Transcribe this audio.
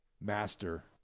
master